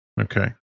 Okay